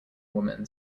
woman